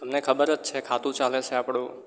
તમને ખબર જ છે ખાતું ચાલે છે આપણું